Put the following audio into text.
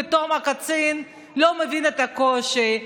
פתאום הקצין לא מבין את הקושי,